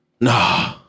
Nah